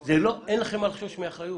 אין לכם מה לחשוש מאחריות.